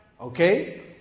Okay